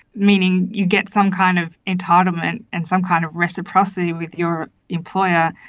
meaning you get some kind of entitlement and some kind of reciprocity with your employer,